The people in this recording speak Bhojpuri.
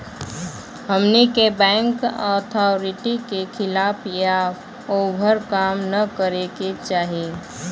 हमनी के बैंक अथॉरिटी के खिलाफ या ओभर काम न करे के चाही